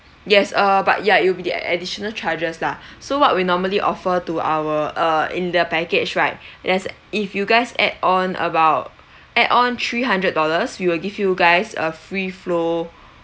yes err but ya it will be the additional charges lah so what we normally offer to our uh in the package right that's if you guys add on about add on three hundred dollars we will give you guys uh free flow